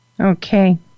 Okay